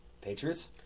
Patriots